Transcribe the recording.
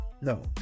no